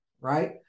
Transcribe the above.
right